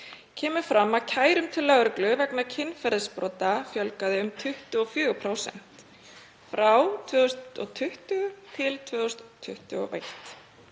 kemur fram að kærum til lögreglu vegna kynferðisbrota fjölgaði um 24% frá 2020 til 2021